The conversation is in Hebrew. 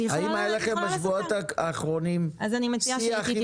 האם היה לכם בשבועות האחרונים שיח עם